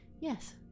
Yes